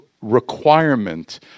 requirement